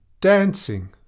dancing